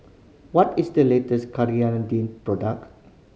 what is the latest product